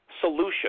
solution